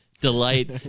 delight